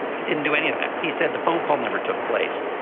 he didn't do any of that. he said the phone call never took place.